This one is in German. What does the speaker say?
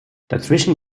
dazwischen